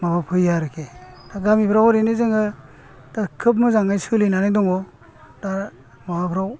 माबा फैया आरखि दा गामिफ्राव एरैनो जोङो दा खोब मोजाङै सोलिनानै दङ' दा माबाफ्राव